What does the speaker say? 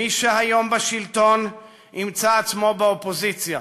מי שהיום בשלטון ימצא עצמו באופוזיציה,